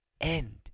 end